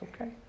Okay